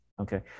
okay